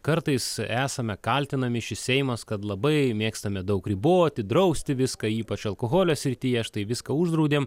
kartais esame kaltinami šis seimas kad labai mėgstame daug riboti drausti viską ypač alkoholio srityje štai viską uždraudėm